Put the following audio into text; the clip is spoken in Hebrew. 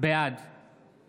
בעד